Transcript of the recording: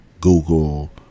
Google